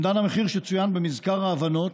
אומדן המחיר שצוין במזכר ההבנות,